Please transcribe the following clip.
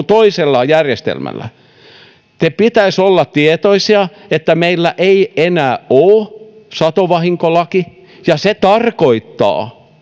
toisella järjestelmällä mutta teidän pitäisi olla tietoisia että meillä ei enää ole satovahinkolakia ja se tarkoittaa